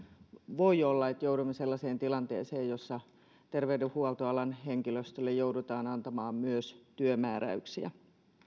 voi olla että joudumme sellaiseen tilanteeseen jossa terveydenhuoltoalan henkilöstölle joudutaan antamaan myös työmääräyksiä